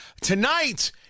Tonight